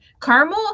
caramel